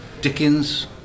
Dickens